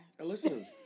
Listen